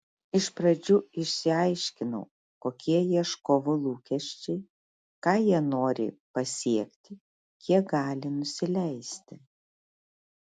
iš pradžių išsiaiškinau kokie ieškovų lūkesčiai ką jie nori pasiekti kiek gali nusileisti